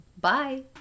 bye